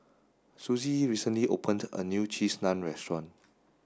Suzie recently opened a new cheese naan restaurant